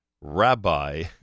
Rabbi